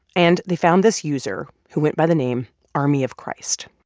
and they found this user who went by the name army of christ.